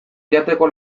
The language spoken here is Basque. jateko